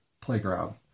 playground